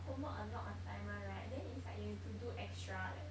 homework are not assignment right then is like you have to do extra leh